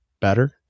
better